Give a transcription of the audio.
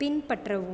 பின்பற்றவும்